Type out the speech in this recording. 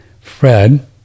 Fred